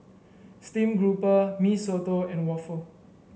Steamed Grouper Mee Soto and waffle